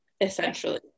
essentially